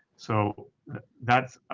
so that